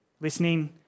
listening